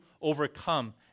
overcome